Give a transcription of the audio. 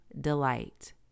delight